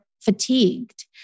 fatigued